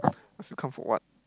ask me come for [what]